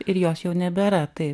ir jos jau nebėra taip